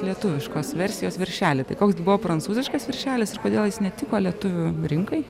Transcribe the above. lietuviškos versijos viršelį tai koks gi buvo prancūziškas viršelis ir kodėl jis netiko lietuvių rinkai